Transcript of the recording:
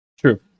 True